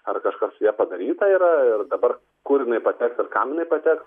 ar kažkas su ja padaryta yra ir dabar kur jinai pateks ir kam jinai pateks